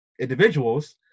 individuals